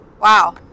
Wow